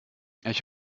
ich